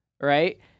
right